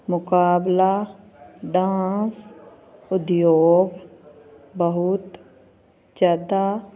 ਮੁਕਾਬਲਾ ਡਾਂਸ ਉਦਯੋਗ ਬਹੁਤ ਜ਼ਿਆਦਾ